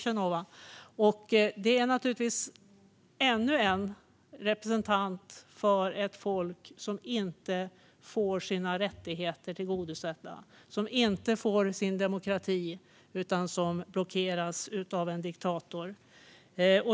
Hon är ännu en representant för ett folk som inte får sina rättigheter tillgodosedda och inte får sin demokrati utan blockeras av en diktator.